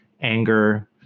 anger